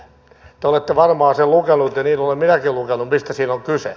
te olette varmaan sen lukenut ja niin olen minäkin lukenut mistä siinä on kyse